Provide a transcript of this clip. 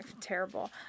terrible